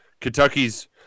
Kentucky's